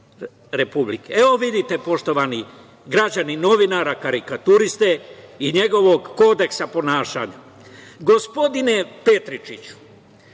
Evo, vidite poštovani građani, novinara, karikaturiste i njegovog kodeksa ponašanja. Gospodine